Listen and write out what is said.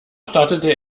startete